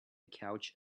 couch